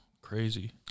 crazy